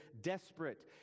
desperate